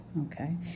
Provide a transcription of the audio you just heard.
Okay